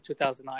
2009